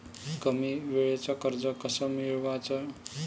कमी वेळचं कर्ज कस मिळवाचं?